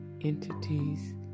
entities